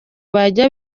bajya